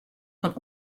fan